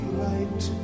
light